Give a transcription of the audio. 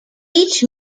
each